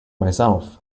myself